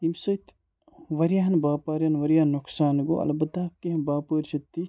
ییٚمہِ سۭتۍ واریاہن باپاریٚن واریاہ نۄقصان گوٚو البتہ کیٚنٛہہ باپٲرۍ چھِ تِتھۍ